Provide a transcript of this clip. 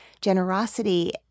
generosity